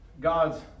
God's